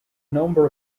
number